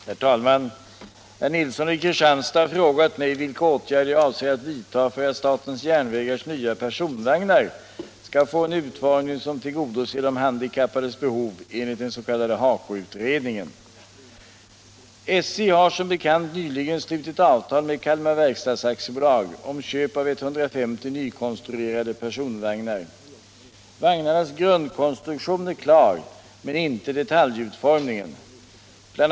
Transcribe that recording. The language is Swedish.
Herr talman! Herr Nilsson i Kristianstad har frågat mig vilka åtgärder jag avser att vidta för att statens järnvägars nya personvagnar skall få en utformning som tillgodoser de handikappades behov enligt den s.k. HAKO-utredningen. SJ har som bekant nyligen slutit avtal med Kalmar Verkstads AB om köp av 150 nykonstruerade personvagnar. Vagnarnas grundkonstruktion är klar men inte detaljutformningen. BI.